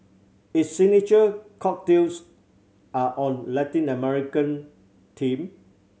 its signature cocktails are on Latin American theme